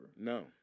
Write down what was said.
No